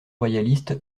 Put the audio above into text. royaliste